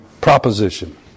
proposition